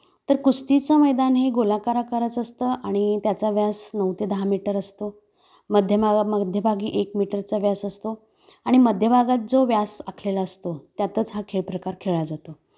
तर कुस्तीचं मैदान हे गोलाकार आकाराचं असतं आणि त्याचा व्यास नऊ ते दहा मीटर असतो मध्यमागा मध्यभागी एक मीटरचा व्यास असतो आणि मध्यभागात जो व्यास आखलेला असतो त्यातच हा खेळ प्रकार खेळला जातो